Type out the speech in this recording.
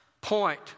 point